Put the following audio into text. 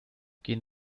gehen